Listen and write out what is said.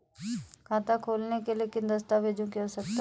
खाता खोलने के लिए किन दस्तावेजों की आवश्यकता होती है?